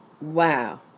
Wow